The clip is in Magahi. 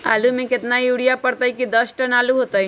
आलु म केतना यूरिया परतई की दस टन आलु होतई?